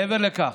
מעבר לכך,